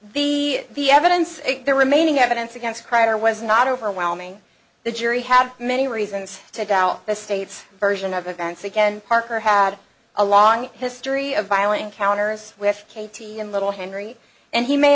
the evidence is there remaining evidence against prayer was not overwhelming the jury have many reasons to doubt the state's version of events again parker had a long history of violent encounters with katie and little henry and he may